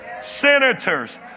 senators